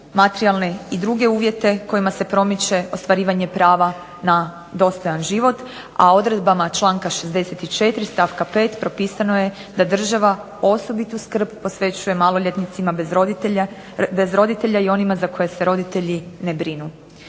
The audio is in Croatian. i druge uvjete kojima se promiče ostvarivanje prava na dostojan život, a odredbama članka 64. stavka 5. propisano je da država osobitu skrb posvećuje maloljetnicima bez roditelja, i onima za koje se roditelji ne brinu.